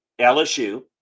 LSU